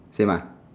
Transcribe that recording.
same uh